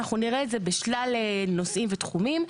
אנחנו נראה את זה בשלל נושאים ותחומים.